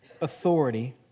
authority